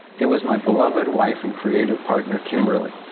it was my beloved wife and creative partner, kimberly,